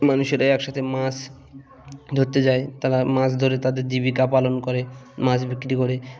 মানুষেরা একসাথে মাছ ধরতে যায় তারা মাছ ধরে তাদের জীবিকা পালন করে মাছ বিক্রি করে